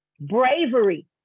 bravery